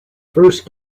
first